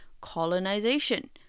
colonization